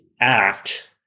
act